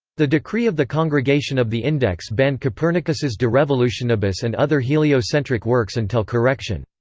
the decree of the congregation of the index banned copernicus's de revolutionibus and other heliocentric works until correction.